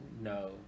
no